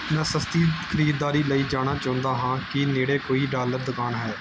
ਮੈਂ ਸਸਤੀ ਖਰੀਦਦਾਰੀ ਲਈ ਜਾਣਾ ਚਾਹੁੰਦਾ ਹਾਂ ਕੀ ਨੇੜੇ ਕੋਈ ਡਾਲਰ ਦੁਕਾਨ ਹੈ